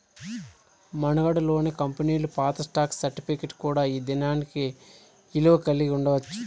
మనుగడలో లేని కంపెనీలు పాత స్టాక్ సర్టిఫికేట్ కూడా ఈ దినానికి ఇలువ కలిగి ఉండచ్చు